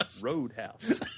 Roadhouse